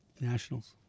Nationals